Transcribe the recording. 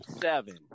seven